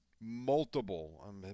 multiple